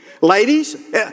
Ladies